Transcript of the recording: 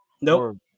Nope